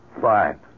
Fine